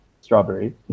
strawberry